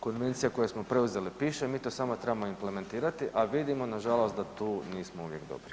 konvencija koje smo preuzeli piše, mi to samo trebamo implementirati, a vidimo nažalost da tu nismo uvijek dobri.